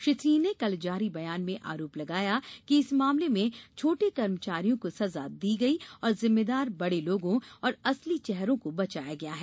श्री सिंह ने कल जारी बयान में आरोप लगाया कि इस मामले में छोटे कर्मचारियों को सजा दी गई और जिम्मेदार बड़े लोगों और असली चेहरों को बचाया गया है